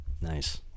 nice